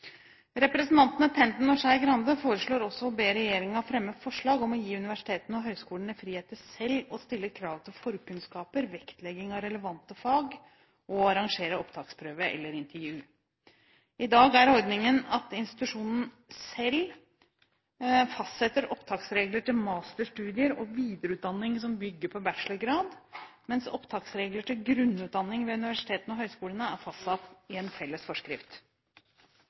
Representantene Tenden og Skei Grande foreslår også å be regjeringen fremme forslag om å gi universitetene og høyskolene frihet til selv å stille krav til forkunnskaper, vektlegge relevante fag og arrangere opptaksprøve eller intervju. I dag er ordningen at institusjonene selv fastsetter opptaksregler til masterstudier og videreutdanning som bygger på bachelorgrad, mens opptaksregler til grunnutdanning ved universitetene og høyskolene er fastsatt i en felles forskrift.